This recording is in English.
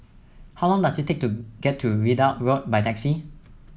how long does it take to get to Ridout Road by taxi